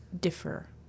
differ